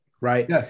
right